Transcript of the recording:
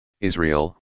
Israel